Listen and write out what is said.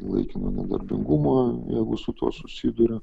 laikino nedarbingumo jeigu su tuo susiduria